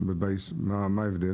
מה ההבדל?